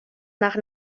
nach